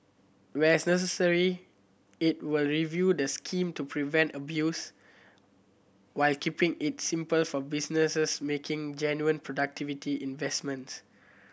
where's necessary it will review the scheme to prevent abuse while keeping it simple for businesses making genuine productivity investments